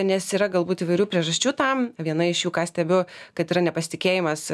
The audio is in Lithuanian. nes yra galbūt įvairių priežasčių tam viena iš jų ką stebiu kad yra nepasitikėjimas